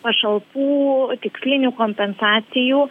pašalpų tikslinių kompensacijų